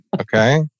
okay